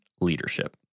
leadership